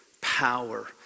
power